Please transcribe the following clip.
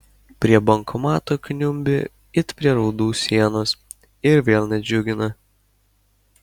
prie bankomato kniumbi it prie raudų sienos ir vėl nedžiugina